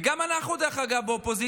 וגם אנחנו באופוזיציה,